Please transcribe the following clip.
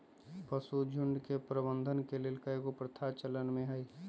पशुझुण्ड के प्रबंधन के लेल कएगो प्रथा चलन में हइ